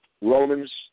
Romans